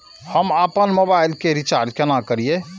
हम आपन मोबाइल के रिचार्ज केना करिए?